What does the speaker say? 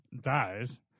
dies